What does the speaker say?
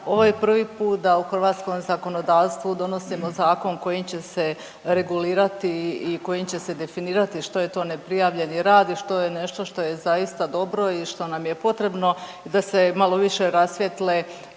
Ovo je prvi put da u hrvatskom zakonodavstvu donosimo zakon kojim će se regulirati i kojim će se definirati što je to neprijavljeni rad, što je nešto što je zaista dobro i što nam je potrebno i da se malo više rasvijetle